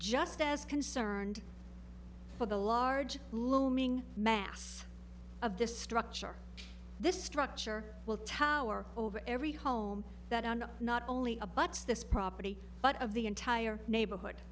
just as concerned for the large looming mass of this structure this structure will tower over every home that and not only abuts this property but of the entire neighborhood